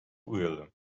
will